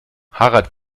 harald